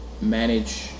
manage